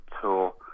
tour